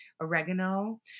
oregano